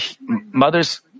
Mother's